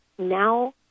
now